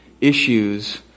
issues